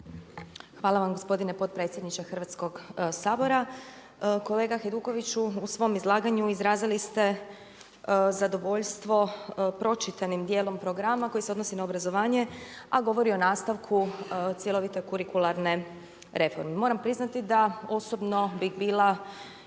Hvala vam gospodine potpredsjedniče Hrvatskoga sabora. Kolega Hajdukoviću izrazili ste zadovoljstvo pročitanim dijelom programa koji se odnosi na obrazovanje a govori o nastavku cjelovite kurikularne reforme. Moram priznati da osobno bih bila oprezna